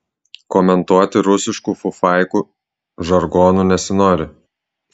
komentuoti rusiškų fufaikų žargonu nesinori